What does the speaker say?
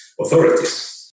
authorities